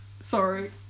sorry